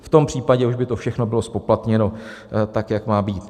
V tom případě už by to všechno bylo zpoplatněno tak, jak má být.